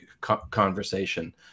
conversation